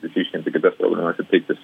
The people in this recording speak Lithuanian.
išryškinti kitas programas ir teikti